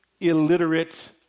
illiterate